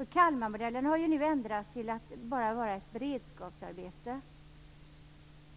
10 %. Kalmarmodellen har ju nu ändrats, så att det bara handlar om ett beredskapsarbete.